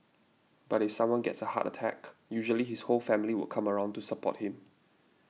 but if someone gets a heart attack usually his whole family would come around to support him